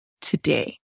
today